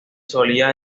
solía